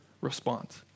response